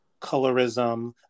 colorism